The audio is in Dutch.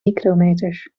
micrometers